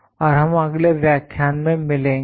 और हम अगले व्याख्यान में मिलेंगे